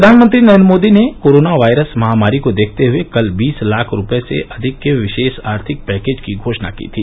प्रधानमंत्री नरेन्द्र मोदी ने corona virus महामारी को देखते हए कल बीस लाख करोड़ रुपये से अधिक के विशेष आर्थिक पैकेज की घोषणा की थी